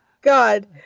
God